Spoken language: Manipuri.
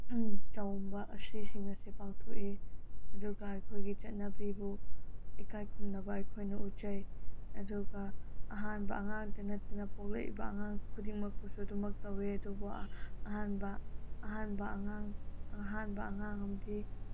ꯆꯥꯛꯎꯝꯕ ꯑꯁꯤꯁꯤꯡ ꯑꯁꯤ ꯄꯥꯡꯊꯣꯛꯏ ꯑꯗꯨꯒ ꯑꯩꯈꯣꯏꯒꯤ ꯆꯠꯅꯕꯤꯕꯨ ꯏꯀꯥꯏ ꯈꯨꯝꯅꯕ ꯑꯩꯈꯣꯏꯅ ꯎꯠꯆꯩ ꯑꯗꯨꯒ ꯑꯍꯥꯟꯕ ꯑꯉꯥꯡꯇ ꯅꯠꯇꯅ ꯄꯣꯛꯂꯛꯏꯕ ꯑꯉꯥꯡ ꯈꯨꯗꯤꯡꯃꯛꯄꯨꯁꯨ ꯑꯗꯨꯃꯛ ꯇꯧꯏ ꯑꯗꯨꯕꯨ ꯑꯍꯥꯟꯕ ꯑꯍꯥꯟꯕ ꯑꯉꯥꯡ ꯑꯍꯥꯟꯕ ꯑꯉꯥꯡ ꯑꯃꯗꯤ